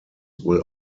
will